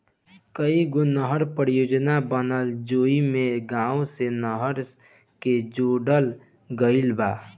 कईगो नहर परियोजना बनल जेइमे गाँव से नहर के जोड़ल गईल बा